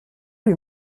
lui